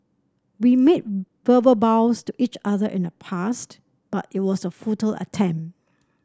we made verbal vows to each other in the past but it was a futile attempt